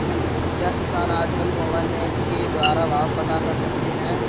क्या किसान आज कल मोबाइल नेट के द्वारा भाव पता कर सकते हैं?